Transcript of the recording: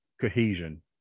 cohesion